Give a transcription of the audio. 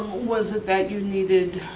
was it that you needed,